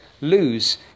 lose